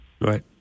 Right